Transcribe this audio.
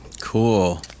Cool